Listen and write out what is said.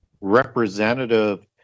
Representative